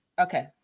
okay